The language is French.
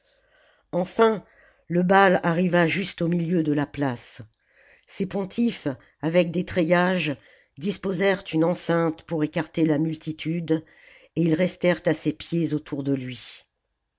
enfin le baal arriva juste au milieu de la place ses pontifes avec des treillages disposèrent une enceinte pour écarter la multitude et ils restèrent à ses pieds autour de lui